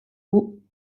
aux